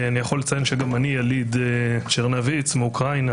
אני יכול לציין שגם אני יליד צ'רנוביץ מאוקראינה,